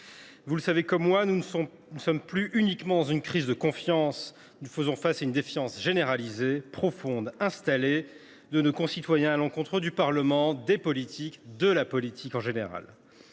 Vous le savez comme moi, nous ne sommes plus seulement dans une crise de confiance : nous faisons face à une défiance généralisée, profonde et installée de nos concitoyens à l’encontre du Parlement, des politiques et de la politique en général.